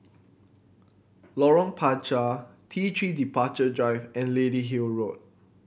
Lorong Panchar T Three Departure Drive and Lady Hill Road